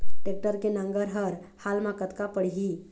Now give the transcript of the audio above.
Tractor के नांगर हर हाल मा कतका पड़िही?